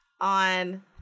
on